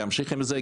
להמשיך עם זה,